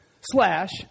slash